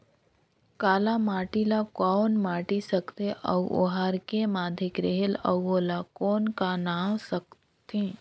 काला माटी ला कौन माटी सकथे अउ ओहार के माधेक रेहेल अउ ओला कौन का नाव सकथे?